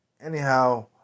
Anyhow